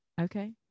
okay